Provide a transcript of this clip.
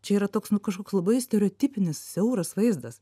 čia yra toks nu kažkoks labai stereotipinis siauras vaizdas